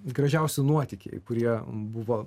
gražiausi nuotykiai kurie buvo